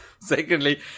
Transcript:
secondly